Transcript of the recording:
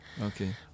Okay